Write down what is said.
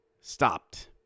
Stopped